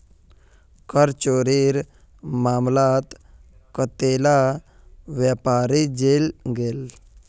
कर चोरीर मामलात कतेला व्यापारी जेल गेल